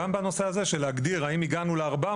גם בנושא הזה של להגדיר האם הגענו ל-400.